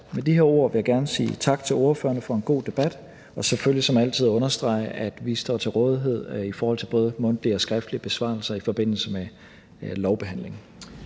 Med de her ord vil jeg gerne sige tak til ordførerne for en god debat, og jeg vil selvfølgelig som altid understrege, at vi står til rådighed i forhold til både mundtlige og skriftlige besvarelser i forbindelse med lovbehandlingen.